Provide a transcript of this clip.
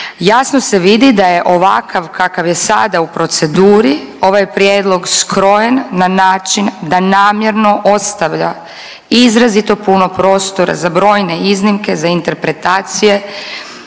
Jasno se vidi da je ovakav kakav je sada u proceduri ovaj prijedlog skrojen na način da namjerno ostavlja izrazito puno prostora za brojne iznimke, za interpretacije,